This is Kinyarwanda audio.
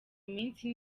iminsi